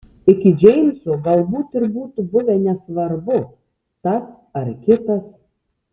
iki džeimso galbūt ir būtų buvę nesvarbu tas ar kitas